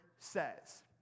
says